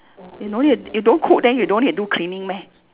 you know you you don't cook then you don't need do cleaning meh